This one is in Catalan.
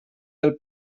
del